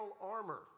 armor